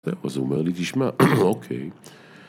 ‫אז הוא אומר לי תשמע, אוקיי...